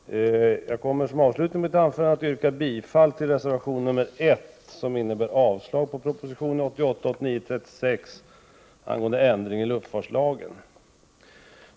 Fru talman! Jag kommer som avslutning på mitt anförande att yrka bifall till reservation 1, som innebär avslag på proposition 1988/89:36 angående ändring i luftfartslagen.